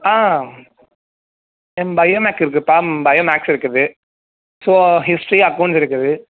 ஆ bio max இருக்குதுப்பா bio max இருக்குது so history accounts இருக்குது